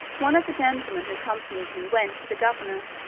one of the gentlemen who accompanied me went to the governor,